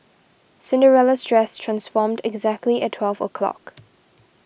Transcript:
Cinderella's dress transformed exactly at twelve o' clock